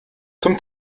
zum